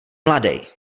mladej